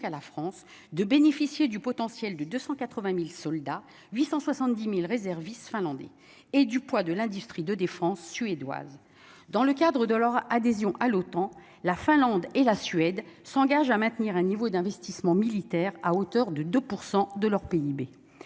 à la France de bénéficier du potentiel de 280000 soldats 870000 réservistes finlandais et du poids de l'industrie de défense suédoise dans le cadre de leur adhésion à l'OTAN, la Finlande et la Suède s'engage à maintenir un niveau d'investissement militaire à hauteur de 2 % de leur PIB